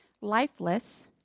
lifeless